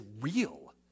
real